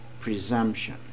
presumption